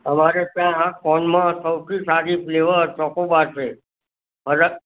અમારે ત્યાં કોનમાં સૌથી સારી ફ્લેવર ચોકોબાર છે ફરક